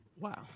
Wow